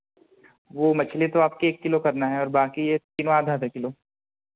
वह मछली तो आपके एक किलो करना है और बाकी यह तीनों आधा आधा किलो